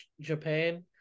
Japan